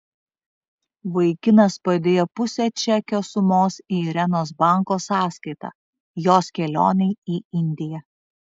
vaikinas padėjo pusę čekio sumos į irenos banko sąskaitą jos kelionei į indiją